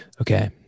Okay